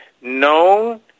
known